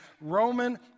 Roman